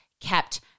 kept